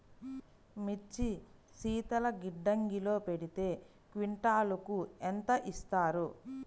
మిర్చి శీతల గిడ్డంగిలో పెడితే క్వింటాలుకు ఎంత ఇస్తారు?